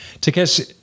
Takeshi